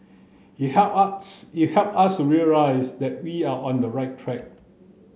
it help us it help us realise that we're on the right track